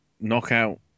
knockout